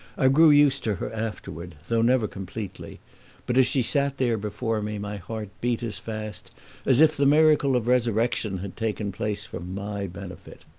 i grew used to her afterward, though never completely but as she sat there before me my heart beat as fast as if the miracle of resurrection had taken place for my benefit.